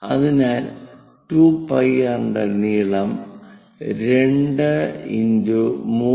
അതിനാൽ 2πr നീളം 2 × 3